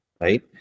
right